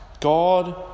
God